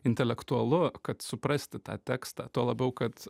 intelektualu kad suprasti tą tekstą tuo labiau kad